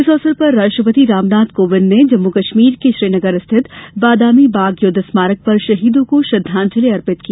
इस अवसर पर राष्ट्रपति रामनाथ कोविंद ने जम्मू कश्मीर के श्रीनगर स्थित बादामी बाग युद्ध स्मारक पर शहीदों को श्रद्धांजलि अर्पित की